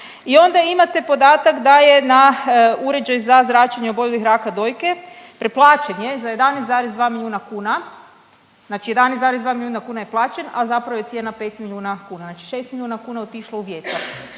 I onda imate podatak da je na uređaj za zračenje oboljelih od raka dojke preplaćen je za 11,2 milijuna kuna. Znači 11,2 milijuna kuna je plaćen, a zapravo je cijena 5 milijuna kuna. Znači 6 milijuna kuna je otišlo u vjetar.